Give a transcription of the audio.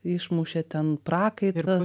išmušė ten prakaitas